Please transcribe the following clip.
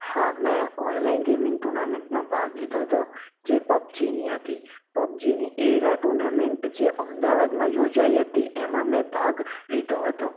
હા મેં online gaming ટુર્નામેંટમાં ભાગ લીધો હતો જે પબજીની હતી પબજીની એરા ટુર્નામેંટ જે અમદાવાદમાં યોજાઈ હતી તેમાં મેં ભાગ લીધો હતો